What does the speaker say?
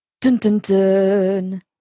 Dun-dun-dun